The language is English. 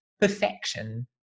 perfection